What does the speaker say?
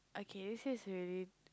okay this is really